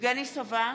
סובה,